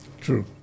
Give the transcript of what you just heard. True